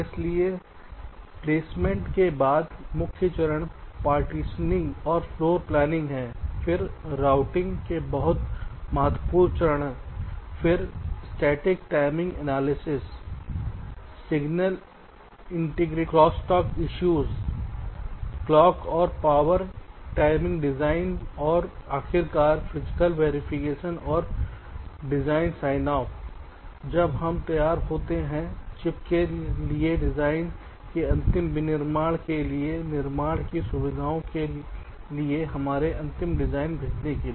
इसलिए प्लेसमेंट के बाद मुख्य चरण पार्टिशनिंग और फ्लोर प्लानिंग हैं फिर राउटिंग के बहुत महत्वपूर्ण चरण फिर static timing analysis signal integrity crosstalk issue clock और पॉवर टाइमिंग डिज़ाइन और आखिरकार फिजिकल वेरिफिकेशन और डिज़ाइन साइन ऑफ जब हम तैयार होते हैं चिप के लिए डिवाइस के अंतिम निर्माण के लिए निर्माण की सुविधा के लिए हमारे अंतिम डिजाइन भेजने के लिए